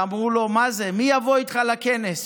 אמרו לו: מה זה, מי יבוא איתך לכנס?